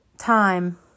time